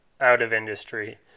out-of-industry